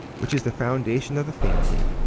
which is the foundation of the family,